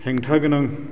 हेंथागोनां